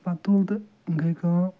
پتہٕ تُل تہٕ گٔے کٲم